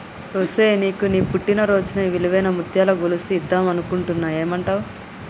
ఒసేయ్ నీకు నీ పుట్టిన రోజున ఇలువైన ముత్యాల గొలుసు ఇద్దం అనుకుంటున్న ఏమంటావ్